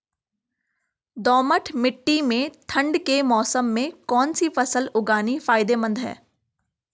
दोमट्ट मिट्टी में ठंड के मौसम में कौन सी फसल उगानी फायदेमंद है?